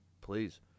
please